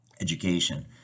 Education